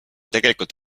tegelikult